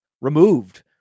removed